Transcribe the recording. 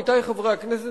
עמיתי חברי הכנסת,